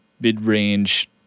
mid-range